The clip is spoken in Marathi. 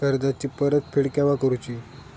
कर्जाची परत फेड केव्हा करुची?